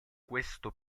questo